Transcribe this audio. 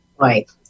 right